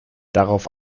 darauf